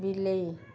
ବିଲେଇ